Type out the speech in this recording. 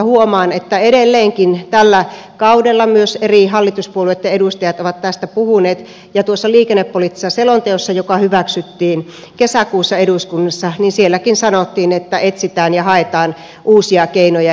huomaan että edelleenkin tällä kaudella myös eri hallituspuolueitten edustajat ovat tästä puhuneet ja tuossa liikennepoliittisessa selonteossakin joka hyväksyttiin kesäkuussa eduskunnassa sanottiin että etsitään ja haetaan uusia keinoja